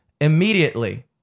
Immediately